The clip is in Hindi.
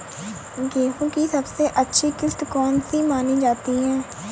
गेहूँ की सबसे अच्छी किश्त कौन सी मानी जाती है?